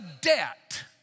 debt